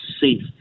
safe